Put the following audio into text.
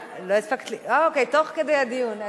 אוקיי, תוך כדי הדיון.